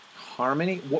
harmony